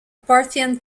parthian